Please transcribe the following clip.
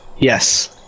Yes